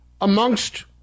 amongst